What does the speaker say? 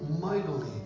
mightily